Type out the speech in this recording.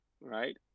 right